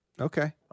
Okay